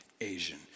Asian